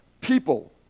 people